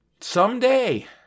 someday